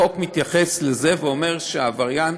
החוק מתייחס לזה ואומר שעבריין